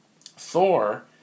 Thor